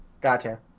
Gotcha